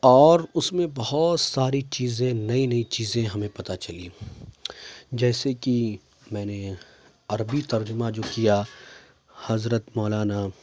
اور اس میں بہت ساری چیزیں نئی نئی چیزیں ہمیں پتہ چلیں جیسے کہ میں نے عربی ترجمہ جو کیا حضرت مولانا